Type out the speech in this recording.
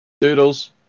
Doodles